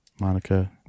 Monica